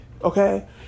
Okay